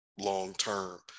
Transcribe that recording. long-term